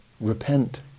Repent